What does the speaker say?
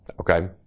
Okay